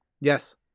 Yes